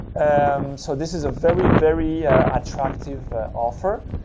um so, this is a very, very attractive offer.